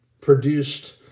produced